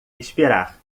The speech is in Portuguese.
esperar